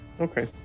Okay